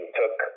took